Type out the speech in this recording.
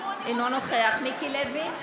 אינו נוכח מיקי לוי,